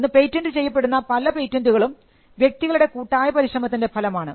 ഇന്ന് പേറ്റന്റ് ചെയ്യപ്പെടുന്ന പല പേറ്റന്റുകളും വ്യക്തികളുടെ കൂട്ടായ പരിശ്രമത്തിൻറെ ഫലമാണ്